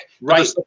right